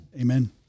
Amen